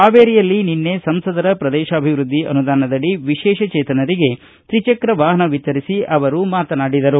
ಹಾವೇರಿಯಲ್ಲಿ ನಿನ್ನೆ ಸಂಸದರ ಪ್ರದೇಶಾಭಿವೃದ್ದಿ ಅನುದಾನದಡಿ ವಿಶೇಷ ಚೇತನರಿಗೆ ತ್ರಿಚಕ್ರ ವಾಹನ ವಿತರಿಸಿ ಅವರು ಮಾತನಾಡಿದರು